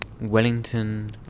Wellington